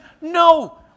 No